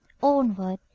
Onward